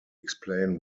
explain